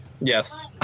Yes